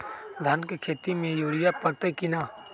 धान के खेती में यूरिया परतइ कि न?